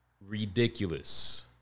ridiculous